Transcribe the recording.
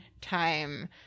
time